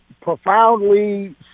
profoundly